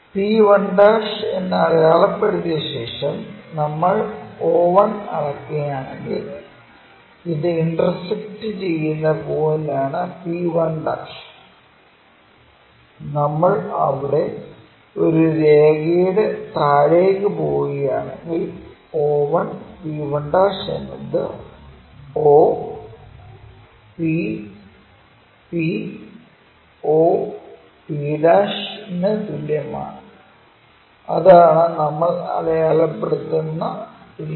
p1 എന്ന് അടയാളപ്പെടുത്തിയ ശേഷം നമ്മൾ o1 അളക്കുകയാണെങ്കിൽ ഇത് ഇന്റർസെക്ക്ട് ചെയ്യുന്ന പോയിന്റാണ് p1 നമ്മൾ അവിടെ ഒരു രേഖയിലൂടെ താഴേക്ക് പോകുകയാണെങ്കിൽ o1 p1 എന്നത് o p p o p' ന് തുല്യമാണ് അതാണ് നമ്മൾ അടയാളപ്പെടുത്തുന്ന രീതി